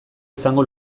izango